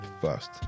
First